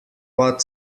what